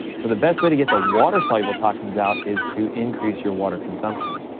so the best way to get the water soluble toxins out is to increase your water consumption.